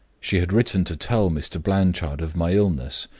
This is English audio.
she had written to tell mr. blanchard of my illness,